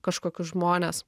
kažkokius žmones